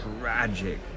tragic